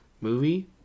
movie